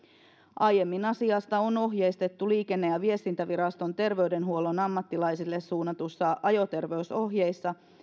aiemmin asiasta on ohjeistettu liikenne ja viestintäviraston terveydenhuollon ammattilaisille suunnatuissa ajoterveysohjeissa